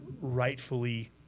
rightfully